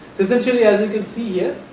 essentially as you can see here,